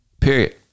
Period